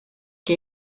que